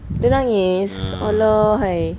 dia nangis alahai